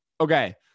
okay